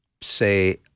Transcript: say